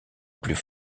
plus